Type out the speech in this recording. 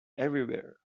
everywhere